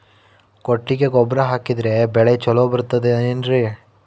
ಕೊಟ್ಟಿಗೆ ಗೊಬ್ಬರ ಹಾಕಿದರೆ ಬೆಳೆ ಚೊಲೊ ಬರುತ್ತದೆ ಏನ್ರಿ?